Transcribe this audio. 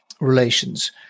relations